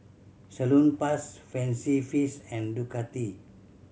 Salonpas Fancy Feast and Ducati